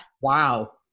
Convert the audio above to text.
wow